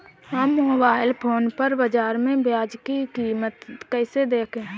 हम mobile phone पर बाज़ार में प्याज़ की कीमत कैसे देखें?